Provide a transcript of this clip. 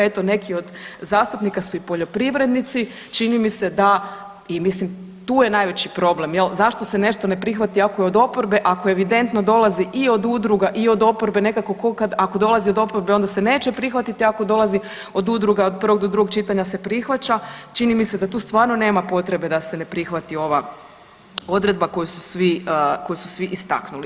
Eto, neki od zastupnika su i poljoprivrednici, čini mi se da i mislim tu je najveći problem jel, zašto se nešto ne prihvati ako je od oporbe ako evidentno dolazi i od udruga i od oporbe, nekako ko kad ako dolazi od oporbe onda se neće prihvatiti, ako dolazi od udruga od prvog do drugog čitanja se prihvaća, čini mi se da tu stvarno nema potrebe da se ne prihvati ova odredba koju su svi, koju su svi istaknuli.